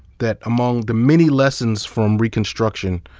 that among the many lessons from reconstruction,